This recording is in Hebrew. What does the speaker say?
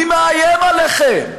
אני מאיים עליכם: